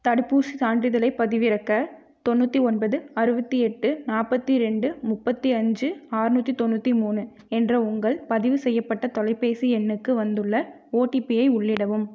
தடுப்பூசிச் சான்றிதழைப் பதிவிறக்க தொண்ணூத்தி ஒன்பது அறுபத்தி எட்டு நாற்பத்திரெண்டு முப்பத்து அஞ்சு ஆறுநூற்றி தொண்ணூற்றி மூணு என்ற உங்கள் பதிவு செய்யப்பட்ட தொலைபேசி எண்ணுக்கு வந்துள்ள ஓடிபி ஐ உள்ளிடவும்